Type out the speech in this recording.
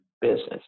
business